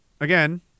again